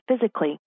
physically